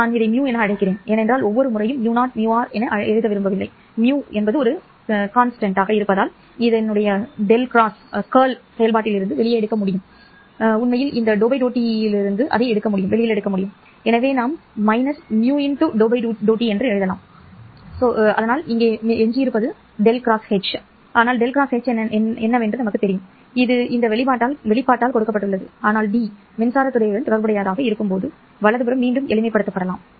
நான் இதை μ என அழைக்கிறேன் ஏனென்றால் ஒவ்வொரு முறையும் μ0 μr எழுத நான் விரும்பவில்லை எனவே μ ஒரு நிலையானதாக இருப்பதால் இந்த சுருட்டை செயல்பாட்டிலிருந்து வெளியே எடுக்க முடியும் உண்மையில் இந்த∂∂t காலத்திலிருந்து அதை எடுக்க முடியும் எனவே நமக்கு−μ ∂∂t கிடைக்கும் இங்கே எஞ்சியிருப்பது V× ́H ஆனால் V× ́Hஎன்றால் என்னவென்று எனக்குத் தெரியும் இது இந்த வெளிப்பாட்டால் கொடுக்கப்பட்டுள்ளது ஆனால் ́D மின்சாரத் துறையுடன் தொடர்புடையதாக இருக்கும்போது வலது புறம் மீண்டும் எளிமைப்படுத்தப்படலாம்